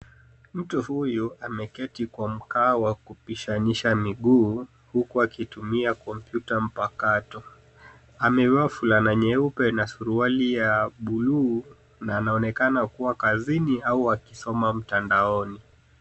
Mtu huyu ameketi kwa mkaa wa kupishanisha miguu, huku akitumia kompyuta mpakato. Amevaa fulana nyeupe, na suruali ya bluu, na anaonekana kuwa kazini au akisoma mtandaoni.